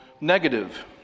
negative